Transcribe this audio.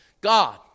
God